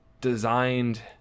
designed